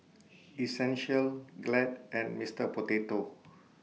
Essential Glad and Mister Potato